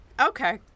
okay